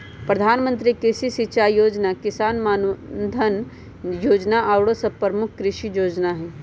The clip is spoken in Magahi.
प्रधानमंत्री कृषि सिंचाई जोजना, किसान मानधन जोजना आउरो सभ प्रमुख कृषि जोजना हइ